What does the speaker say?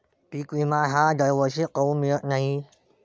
पिका विमा हा दरवर्षी काऊन मिळत न्हाई?